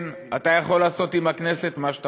כן, אתה יכול לעשות עם הכנסת מה שאתה